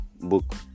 book